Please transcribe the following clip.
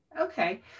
Okay